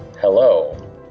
Hello